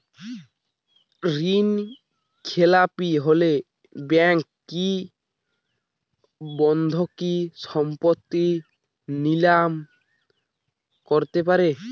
ঋণখেলাপি হলে ব্যাঙ্ক কি বন্ধকি সম্পত্তি নিলাম করতে পারে?